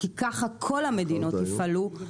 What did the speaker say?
כי ככה כל המדינות יפעלו,